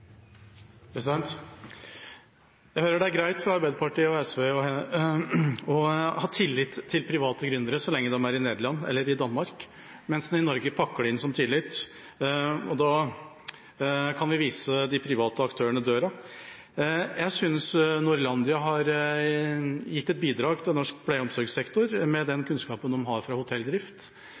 Jeg hører det er greit for Arbeiderpartiet og SV å ha tillit til private gründere så lenge de er i Nederland eller i Danmark, mens man i Norge pakker det inn som tillit. Og da kan vi vise de private aktørene døra. Jeg synes Norlandia har gitt et bidrag til norsk pleie- og omsorgssektor med den kunnskapen de har fra hotelldrift.